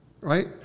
right